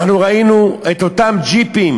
ראינו את אותם ג'יפים